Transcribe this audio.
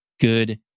good